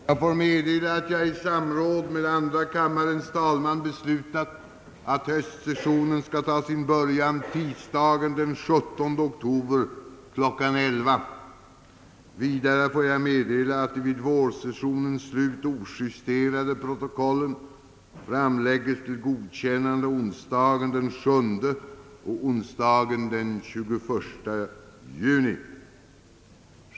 Jag får meddela att jag i samråd med andra kammarens talman beslutat, att höstsessionen skall taga sin början tisdagen den 17 oktober kl. 11.00. Vidare får jag meddela att de vid vårsessionens slut ojusterade protokollen framlägges till godkännande onsdagen den 7 och onsdagen den 21 juni.